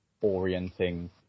orienting